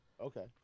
okay